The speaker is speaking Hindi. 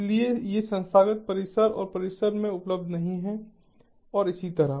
इसलिए ये संस्थागत परिसर और परिसर में उपलब्ध नहीं हैं और इसी तरह